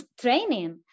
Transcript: training